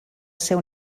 seu